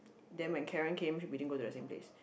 then when Karen came we didn't go to the same place